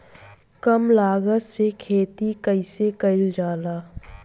कम लागत में खेती कइसे कइल जाला?